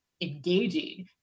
engaging